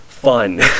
fun